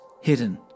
hidden